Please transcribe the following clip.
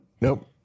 Nope